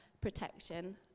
protection